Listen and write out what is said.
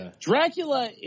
Dracula